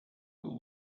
will